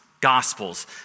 gospels